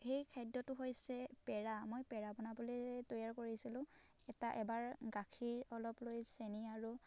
সেই খাদ্যটো হৈছে পেৰা মই পেৰা বনাবলৈ তৈয়াৰ কৰিছিলোঁ এটা এবাৰ গাখীৰ অলপ লৈ চেনি আৰু